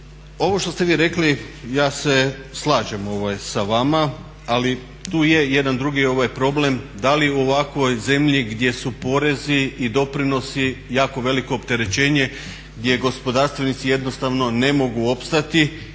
Ovo što ste vi rekli ja se slažem sa vama, ali tu je jedan drugi problem, da li u ovakvoj zemlji gdje su porezi i doprinosi jako veliko opterećenje, gdje gospodarstvenici jednostavno ne mogu opstati